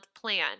plan